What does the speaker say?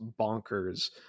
bonkers